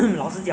就是